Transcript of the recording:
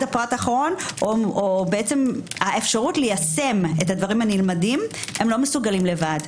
הפרט האחרון או האפשרות ליישם את הדברים הנלמדים הם לא מסוגלים לבד.